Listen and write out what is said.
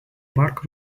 parkų